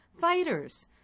fighters